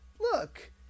Look